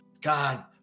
God